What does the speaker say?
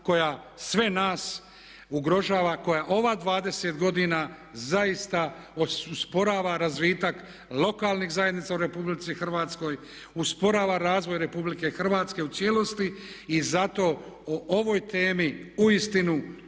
koja sve nas ugrožava, koja ova 20 godina zaista osporava razvitak lokalnih zajednica u RH, usporava razvoj RH u cijelosti i zato o ovoj temi uistinu